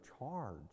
charge